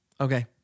Okay